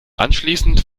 anschließend